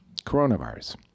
coronavirus